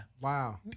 wow